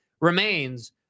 remains